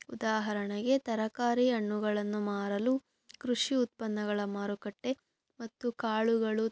ಉದಾಹರಣೆಗೆ ತರಕಾರಿ ಹಣ್ಣುಗಳನ್ನು ಮಾರಲು ಕೃಷಿ ಉತ್ಪನ್ನಗಳ ಮಾರುಕಟ್ಟೆ ಮತ್ತು ಕಾಳುಗಳು